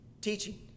teaching